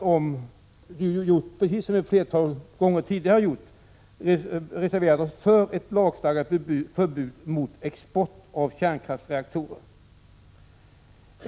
I reservationen hävdar vi, såsom vi gjort ett flertal gånger tidigare, att vi måste ha ett lagstadgat förbud emot export av kärnkraftsreaktorer.